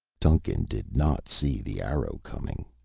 duncan did not see the arrow coming.